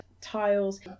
tiles